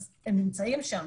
אז הם נמצאים שם,